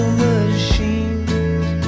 machines